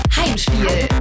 Heimspiel